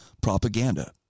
propaganda